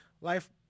life